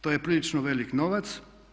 To je prilično velik novac.